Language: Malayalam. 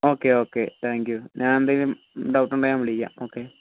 ഓക്കേ ഓക്കേ താങ്ക് യൂ ഞാൻ എന്തേലും ഡൗട്ടുഡെങ്കിൽ ഞാൻ വിളിക്കാം